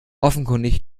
offenkundig